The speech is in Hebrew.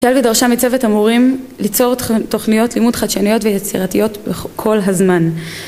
שלבי דרשה, מצוות המורים ליצור תוכניות לימוד חדשניות ויצירתיות כל הזמן